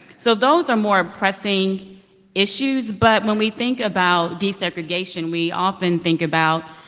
so those are more pressing issues but when we think about desegregation, we often think about,